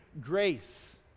grace